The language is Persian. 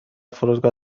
فرودگاه